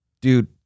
dude